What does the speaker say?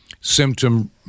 symptom